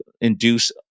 induce